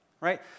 right